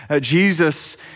Jesus